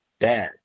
Dad